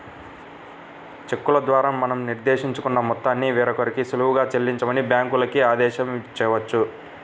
చెక్కుల ద్వారా మనం నిర్దేశించుకున్న మొత్తాన్ని వేరొకరికి సులువుగా చెల్లించమని బ్యాంకులకి ఆదేశించవచ్చు